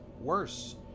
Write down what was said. worse